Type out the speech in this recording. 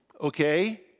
okay